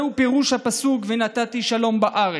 זהו פירוש הפסוק "ונתתי שלום בארץ".